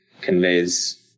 conveys